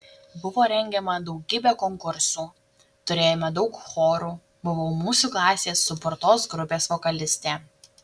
buvo rengiama daugybė konkursų turėjome daug chorų buvau mūsų klasės suburtos grupės vokalistė